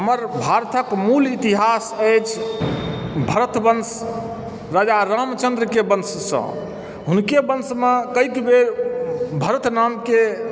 हमर भारतक मूल इतिहास अछि भरत वंश राजा रामचन्द्रके वन्शसँ हुनके वन्शमे कयक बेर भरत नामके